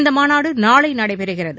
இந்த மாநாடு நாளை நடைபெறுகிறது